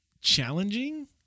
challenging